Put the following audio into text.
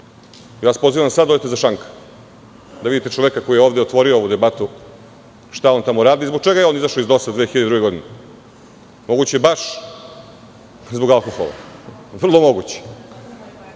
alkotest. Pozivam vas da odete za šank, da vidite čoveka koji je ovde otvorio ovu debatu, šta on tamo radi i zbog čega je izašao iz DOS 2002. godine. Moguće je da je baš zbog alkohola. Vrlo je moguće.